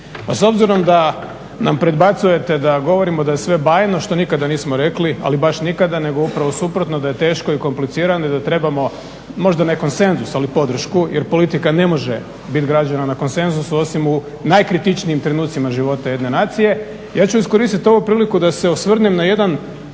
s obzirom da nam predbacujete da govorimo da je sve bajno, što nikada nismo rekli ali baš nikada nego upravo suprotno da je teško i komplicirano i da trebamo možda ne konsenzus ali podršku jer politika ne može biti građena na konsenzusu osim u najkritičnijim trenucima života jedne nacije, ja ću iskoristiti ovu priliku da se osvrnem na jedan